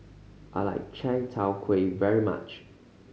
I like Chai Tow Kuay very much